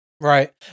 Right